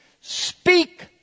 Speak